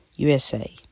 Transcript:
USA